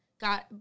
got